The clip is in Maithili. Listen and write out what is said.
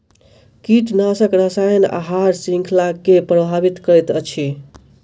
कीटनाशक रसायन आहार श्रृंखला के प्रभावित करैत अछि